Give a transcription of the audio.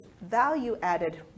value-added